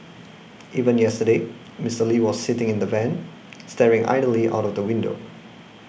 even yesterday Mister Lee was seen sitting in the van staring idly out of the window